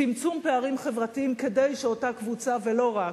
צמצום פערים חברתיים, כדי שאותה קבוצה, ולא רק,